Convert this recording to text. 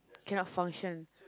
cannot function